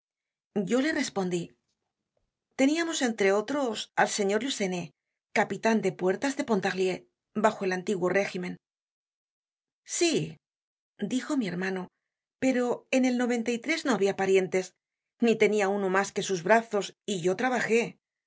yo le respondí teniamos entre otros al señor lucenet capitan de puertas en pontarlier bajo el antiguo régimen sí dijo mi hermano pero en el no habia parientes ni tenia uno más que sus brazos y yo trabajé